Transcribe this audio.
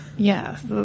Yes